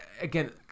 again